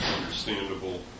understandable